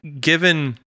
given